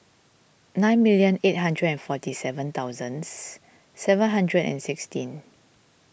nine million eight hundred and forty seven thousands seven hundred and sixteen